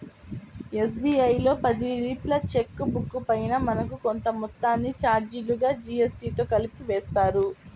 SBI లో పది లీఫ్ల చెక్ బుక్ పైన మనకు కొంత మొత్తాన్ని చార్జీలుగా జీఎస్టీతో కలిపి వేస్తారు